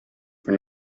for